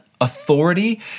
authority